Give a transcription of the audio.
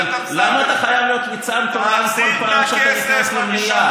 אבל למה אתה חייב להיות ליצן תורן כל פעם כשאתה נכנס למליאה?